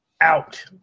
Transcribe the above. out